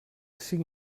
cinc